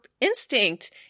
instinct